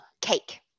cake